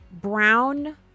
Brown